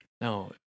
No